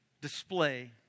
display